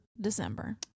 December